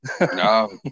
No